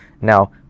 Now